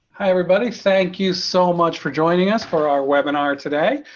everybody. thank you so much for joining us for our webinar today.